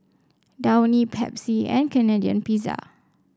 Downy Pepsi and Canadian Pizza